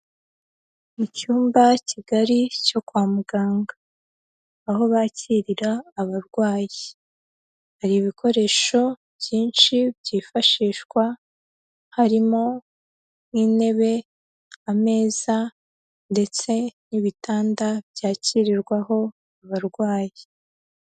Mu cyumba kigari cyo kwa muganga, aho bakirira abarwayi, hari ibikoresho byinshi byifashishwa, harimo nk'intebe, ameza ndetse n'ibitanda byakirirwaho abarwayi.